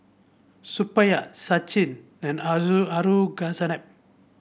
Suppiah Sachin and